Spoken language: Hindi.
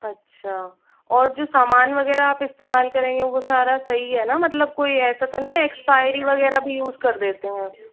अच्छा और जो सामान वगैरह आप इस्तेमाल करेंगे वो सारा सही है न मतलब कोई ऐसा तो नहीं है एक्सपायरी वगैरह भी यूज़ कर देते हैं